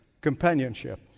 companionship